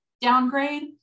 downgrade